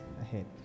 ahead